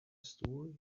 story